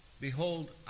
behold